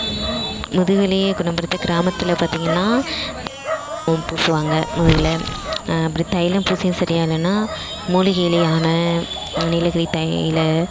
முதுகுவலியை குணப்படுத்த கிராமத்தில் பாத்திங்கன்னா பூசுவாங்க முதுகில் அப்றம் தைலம் பூசியும் சரியாகலனா மூலிகை இலையான நீலகிரி தைல